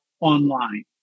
online